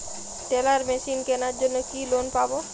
Teller machine কেনার জন্য কি লোন পাব?